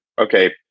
okay